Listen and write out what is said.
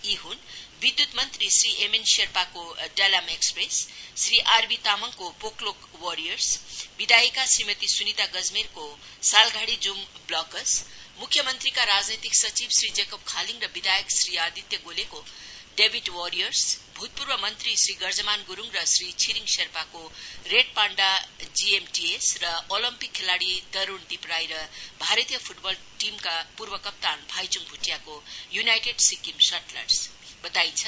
यी हृन् विद्युत मन्त्री श्री एमएन शेर्पाको डलाम एक्सप्रेस श्री आरबी तामाङको पोकलोक वरियर्स विधायिका श्रीमती स्निता गजमेरको सालघारी ज्म ब्लकर्स मुख्यमन्त्रीका राजनैतिक सचिव श्री जेकोब खालिङ र विधायक श्री आदित्य गोलेको डेविड वरियर्स भूतपूर्व मन्त्री श्री गर्जमान गुरूङ र श्री छिरिङ शेर्पाको रेड पाण्डा जीएमटीएस र ओलम्पिक खेलाडी तरूणदीप राई र भारतीय फुटबल टीमका कप्तान भाइचुङ भुटियाको युनाइटेड सिक्किम सटलर्स बताइन्छ